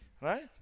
Right